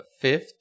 fifth